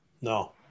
No